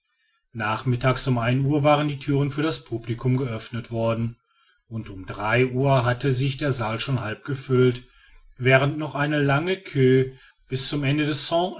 nachmittags um ein uhr waren die thüren für das publicum geöffnet worden und um drei uhr hatte sich der saal schon halb gefüllt während noch eine lange queue bis zum ende des